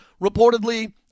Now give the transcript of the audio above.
Reportedly